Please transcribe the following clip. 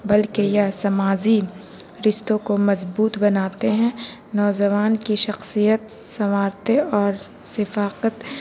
بلکہ یہ سماجی رشتوں کو مضبوط بناتے ہیں نوجوان کی شخصیت سنوارتے اور ثقافت